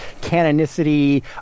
canonicity